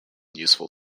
useful